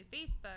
Facebook